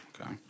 Okay